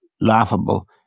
laughable